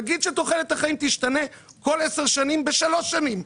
נגיד שתוחלת החיים תשתנה כל 10 שנים בשלוש שנים?